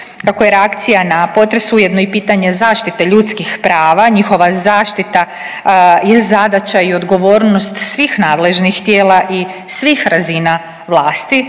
Kako je reakcija na potres ujedno i pitanje zaštite ljudskih prava, njihova zaštita je zadaća i odgovornost svih nadležnih tijela i svih razina vlasti.